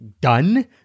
done